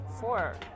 four